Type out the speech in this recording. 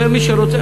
ומי שרוצה,